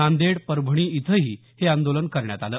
नांदेड परभणी इथंही हे आंदोलन करण्यात आलं